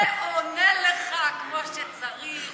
ועונה לך כמו שצריך.